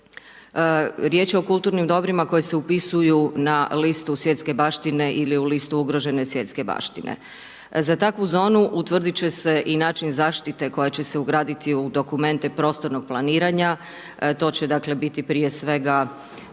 Riječ je o kulturnim dobrima koji se upisuju na listu svjetske baštine ili u listu ugrožene svjetske baštine. Za takvu zonu utvrdit će se i način zaštite koja će se ugraditi u dokumente prostornog planiranja, to će dakle biti prije svega